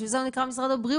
לכן, הוא נקרא: משרד הבריאות